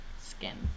skin